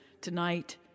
tonight